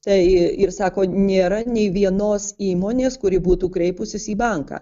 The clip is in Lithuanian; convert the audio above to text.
tai ir sako nėra nei vienos įmonės kuri būtų kreipusis į banką